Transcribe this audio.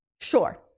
Sure